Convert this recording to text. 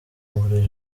buri